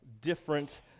different